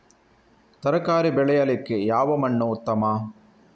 ತರಕಾರಿ ಬೆಳೆಯಲಿಕ್ಕೆ ಯಾವ ಮಣ್ಣು ಉತ್ತಮ?